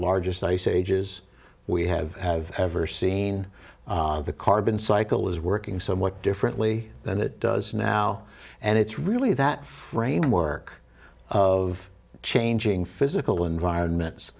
largest ice ages we have have ever seen the carbon cycle is working somewhat differently than it does now and it's really that framework of changing physical environments